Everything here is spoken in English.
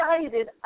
excited